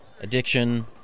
Addiction